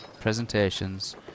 presentations